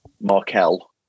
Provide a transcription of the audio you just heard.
Markel